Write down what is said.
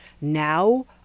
now